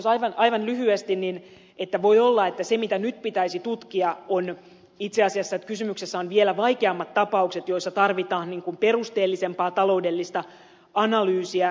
jos aivan lyhyesti sanon niin voi olla että se mitä nyt pitäisi tutkia ovat itse asiassa vielä vaikeammat tapaukset joissa tarvitaan perusteellisempaa taloudellista analyysia